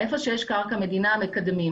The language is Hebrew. במקום שיש קרקע מדינה מקדמים.